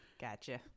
gotcha